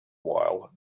while